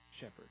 shepherd